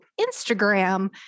Instagram